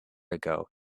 ago